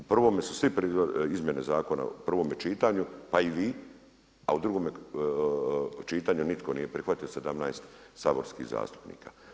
U prvome su svi izmjene zakona u prvome čitanju, pa i vi, a u drugome čitanju nitko nije prihvatio 17 saborskih zastupnika.